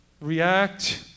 react